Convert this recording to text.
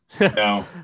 No